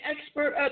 expert